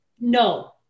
no